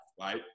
right